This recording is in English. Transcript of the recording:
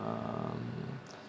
um